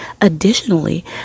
Additionally